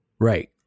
Right